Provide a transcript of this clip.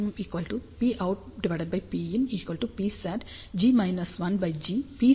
Gosc max